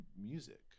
music